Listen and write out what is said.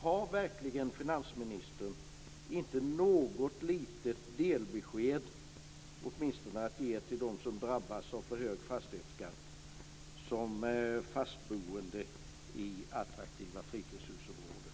Har verkligen finansministern inte något litet delbesked att ge till dem som drabbas av för hög fastighetsskatt, som fastboende i attraktiva fritidshusområden?